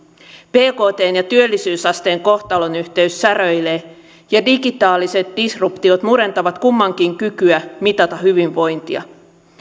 bktn ja työllisyysasteen kohtalonyhteys säröilee ja digitaaliset disruptiot murentavat kummankin kykyä mitata hyvinvointia